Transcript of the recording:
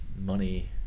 money